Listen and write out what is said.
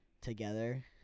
together